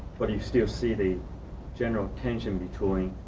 but you still see the general tension between